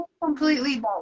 completely